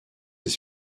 des